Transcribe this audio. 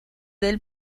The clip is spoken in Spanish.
del